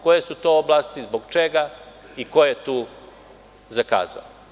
Koje su to oblasti, zbog čega i koje tu zakazao?